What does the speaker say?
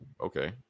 okay